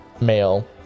male